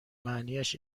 معنیاش